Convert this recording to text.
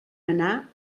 anar